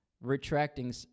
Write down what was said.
retracting